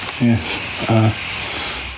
Yes